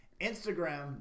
instagram